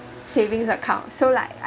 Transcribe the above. savings account so like